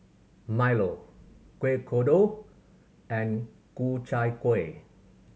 milo Kuih Kodok and Ku Chai Kuih